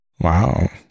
Wow